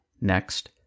Next